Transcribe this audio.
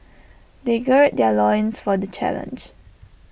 they gird their loins for the challenge